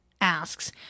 asks